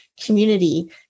community